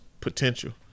potential